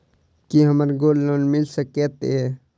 की हमरा gold loan मिल सकैत ये?